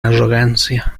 arrogancia